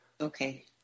Okay